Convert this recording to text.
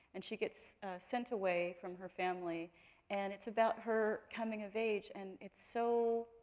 and she gets sent away from her family and it's about her coming of age. and it's so,